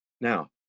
Now